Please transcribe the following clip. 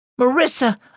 Marissa